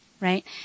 right